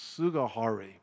Sugahari